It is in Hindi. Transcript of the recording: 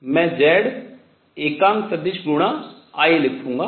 मैं z एकांक सदिश गुणा I लिखूंगा